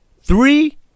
three